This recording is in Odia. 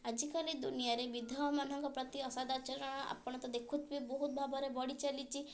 ଆଜିକାଲି ଦୁନିଆରେ ବିଧାବମାନଙ୍କ ପ୍ରତି ଅସଦାଚରଣ ଆପଣ ତ ଦେଖୁଥିବେ ବହୁତ ଭାବରେ ବଢ଼ିଚାଲିଛି